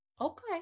Okay